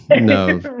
no